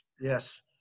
yes